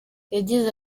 yagize